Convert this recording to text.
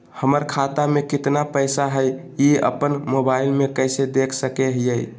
हमर खाता में केतना पैसा हई, ई अपन मोबाईल में कैसे देख सके हियई?